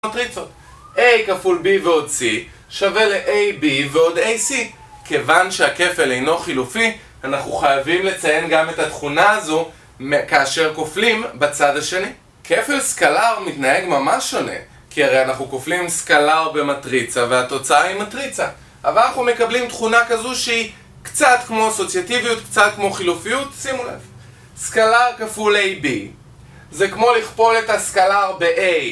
A כפול B ועוד C שווה ל-AB ועוד AC כיוון שהכפל אינו חילופי, אנחנו חייבים לציין גם את התכונה הזו כאשר כופלים בצד השני כפל סקלר מתנהג ממש שונה, כי הרי אנחנו כופלים סקלר במטריצה והתוצאה היא מטריצה אבל אנחנו מקבלים תכונה כזו שהיא קצת כמו סוציאטיביות, קצת כמו חילופיות שימו לב סקלר כפול AB זה כמו לכפול את הסקלר ב-A